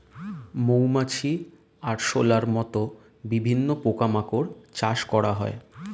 মৌমাছি, আরশোলার মত বিভিন্ন পোকা মাকড় চাষ করা হয়